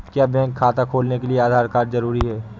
क्या बैंक खाता खोलने के लिए आधार कार्ड जरूरी है?